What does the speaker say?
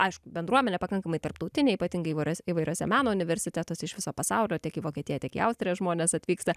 aišku bendruomenė pakankamai tarptautinė ypatingai įvairias įvairiose meno universitetuose iš viso pasaulio tiek į vokietiją tiek į austriją žmonės atvyksta